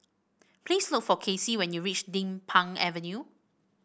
please look for Kassie when you reach Din Pang Avenue